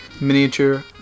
miniature